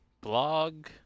blog